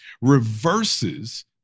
reverses